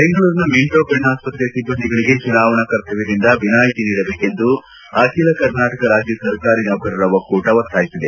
ಬೆಂಗಳೂರಿನ ಮಿಂಟೋ ಕಣ್ಣಾಸ್ತ್ರೆಯ ಸಿಬ್ಬಂದಿಗಳಿಗೆ ಚುನಾವಣಾ ಕರ್ತವ್ಯದಿಂದ ವಿನಾಯಿತಿ ನೀಡಬೇಕೆಂದು ಅಖಿಲ ಕರ್ನಾಟಕ ರಾಜ್ಯ ಸರ್ಕಾರಿ ನೌಕರರ ಒಕ್ಕೂಟ ಒತ್ತಾಯಿಸಿದೆ